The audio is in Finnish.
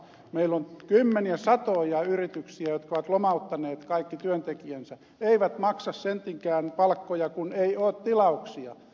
meillä on kymmeniä satoja yrityksiä jotka ovat lomauttaneet kaikki työntekijänsä eivät maksa sentinkään palkkoja kun ei ole tilauksia